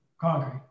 concrete